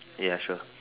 ya sure